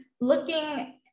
looking